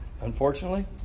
unfortunately